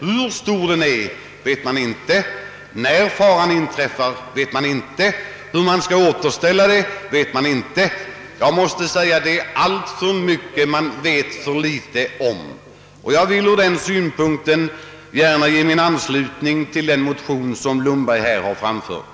Hur stor den är vet man inte. När faran inträffar vet man inte. Hur man skall återställa vattnet i friskt tillstånd vet man inte. Jag måste säga att det är alltför mycket man vet för litet om. Därför vill jag gärna ge min anslutning till herr Lundbergs motion.